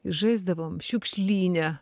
žaisdavom šiukšlyne